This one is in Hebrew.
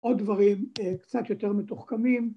‫עוד דברים קצת יותר מתוחכמים.